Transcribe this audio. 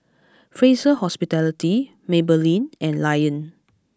Fraser Hospitality Maybelline and Lion